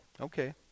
Okay